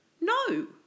No